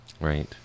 Right